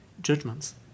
judgments